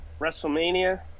WrestleMania